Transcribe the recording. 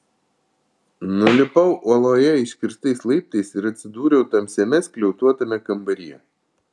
nulipau uoloje iškirstais laiptais ir atsidūriau tamsiame skliautuotame kambaryje